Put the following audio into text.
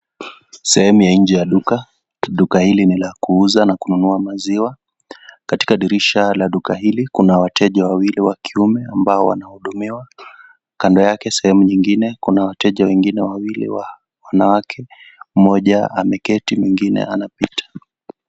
Sehemu ya nje ya duka duka hili ni la kuuzwa na kununua Maziwa katika dirisha la duka hili kuna wateja wawili wanaume wanahudumiwa kando yake sehemu nyingine kuna wateja wengine wawili wanawake wanahudumiwa mmoja ameketi mwingine anapita.